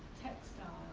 textile